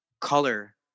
color